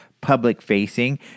public-facing